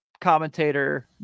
commentator